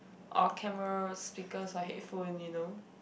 or cameras speakers or headphones you know